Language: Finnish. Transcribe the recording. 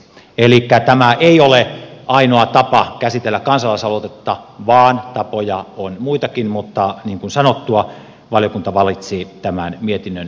elikkä tämä ei ole ainoa tapa käsitellä kansalaisaloitetta vaan tapoja on muitakin mutta niin kuin sanottu valiokunta valitsi tämän mietinnön tekemisen tavan